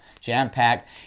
jam-packed